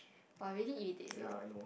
!wah! really irritates you